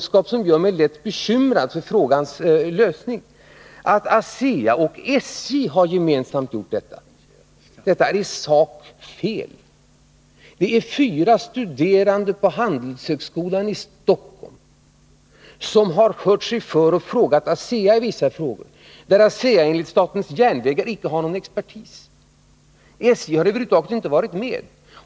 skap som gör mig lätt bekymrad för frågans lösning, att ASEA och SJ har arbetat gemensamt. Det är i sak fel. Det är fyra studerande vid Handelshögskolan i Stockholm som hört sig för med ASEA i vissa frågor där ASEA enligt SJ icke har någon expertis. SJ har över huvud taget inte varit med.